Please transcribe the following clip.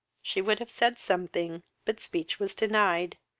she would have said something, but speech was denied.